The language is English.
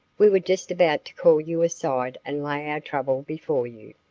we were just about to call you aside and lay our trouble before you.